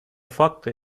факты